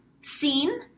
seen